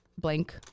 blank